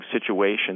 situation